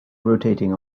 rotating